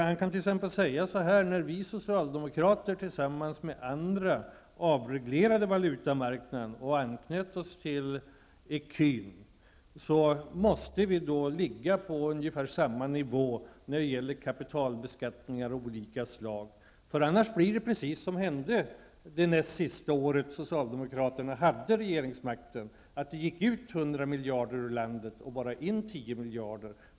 Han kan t.ex. säga att när socialdemokraterna tillsammans med andra avreglerade valutamarknaden och anslöt oss till ecun, måste vi ligga på ungefär samma nivå när det gäller kapitalbeskattningar av olika slag. I annat fall uppstår samma situation som under det näst sista året socialdemokraterna hade regeringsmakten. Det gick ut 100 miljarder ur landet, och kom bara in 10 miljarder.